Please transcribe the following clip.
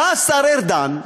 בא השר ארדן,